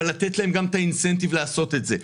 אבל לתת להם גם את האינסנטיב לעשות את זה,